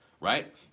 right